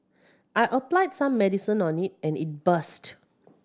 I applied some medicine on it and it burst